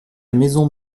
maison